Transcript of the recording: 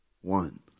one